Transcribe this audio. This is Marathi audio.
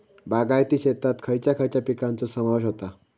बागायती शेतात खयच्या खयच्या पिकांचो समावेश होता?